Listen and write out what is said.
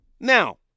Now